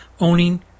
owning